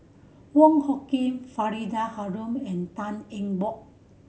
Wong Hung Khim Faridah Hanum and Tan Eng Bock